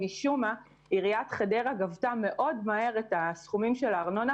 משום מה עיריית חדרה גבתה מהר את הסכומים של הארנונה,